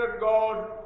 God